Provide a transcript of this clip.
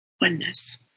Oneness